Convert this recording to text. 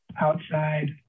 outside